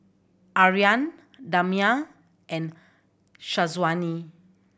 Aryan Damia and Syazwani